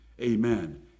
amen